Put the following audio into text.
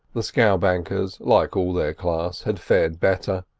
the scowbankers, like all their class, had fared better,